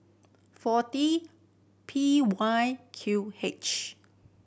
forty P Y Q H